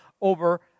over